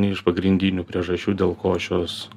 iš pagrindinių priežasčių dėl ko šios